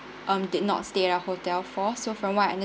um did not stay at our hotel for so from what I